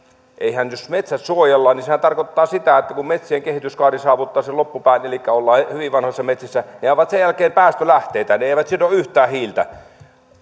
eihän jos metsät suojellaan niin sehän tarkoittaa sitä että kun kun metsien kehityskaari saavuttaa sen loppupään elikkä ollaan hyvin vanhoissa metsissä niin ne ovat sen jälkeen päästölähteitä ne ne eivät sido yhtään hiiltä